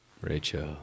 Rachel